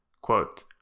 Quote